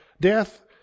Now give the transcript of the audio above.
death